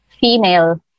female